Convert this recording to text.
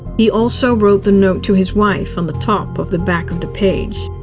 he also wrote the note to his wife on the top of the back of the page.